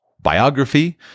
biography